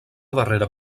darrera